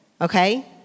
Okay